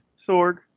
sword